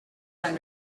and